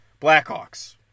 Blackhawks